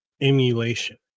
emulation